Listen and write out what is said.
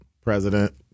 president